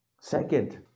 Second